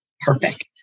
Perfect